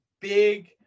big